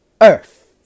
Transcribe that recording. Earth